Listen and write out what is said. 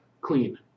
Clean